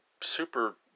super